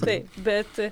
taip bet